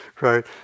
Right